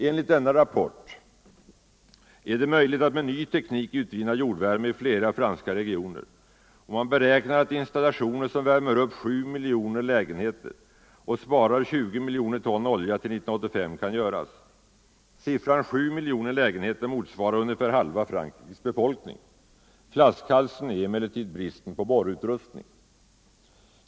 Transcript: Enligt denna rapport är det möjligt att med ny teknik utvinna jordvärme i flera franska regioner, och man beräknar att installationer som värmer upp 7 miljoner lägenheter och sparar 20 miljoner ton olja till 1985 kan göras. Siffran 7 miljoner lägenheter motsvarar ungefär halva Frankrikes befolkning. Flaskhalsen är emellertid bristen på borrutrustning.